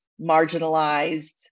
marginalized